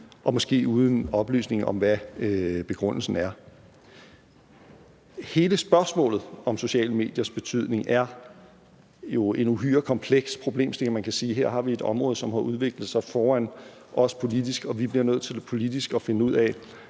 og måske uden oplysning om, hvad begrundelsen er. Hele spørgsmålet om sociale mediers betydning er jo en uhyre kompleks problemstilling. Man kan sige, at her har vi et område, som har udviklet sig foran os politisk, og vi bliver nødt til politisk at finde ud af,